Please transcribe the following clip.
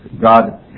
God